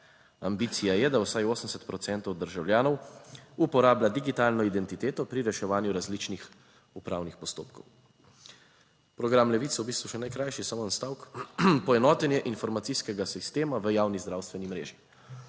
Ambicija je, da vsaj 80 procentov državljanov uporablja digitalno identiteto pri reševanju različnih upravnih postopkov. Program Levice, v bistvu še najkrajši - samo eden stavek - poenotenje informacijskega sistema v javni zdravstveni mreži.